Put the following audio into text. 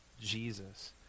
Jesus